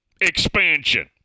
expansion